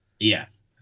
Yes